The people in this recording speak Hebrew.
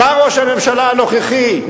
בא ראש הממשלה הנוכחי,